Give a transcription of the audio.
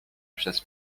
przez